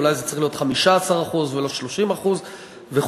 אולי זה צריך להיות 15% ולא 30% וכו'.